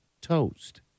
toast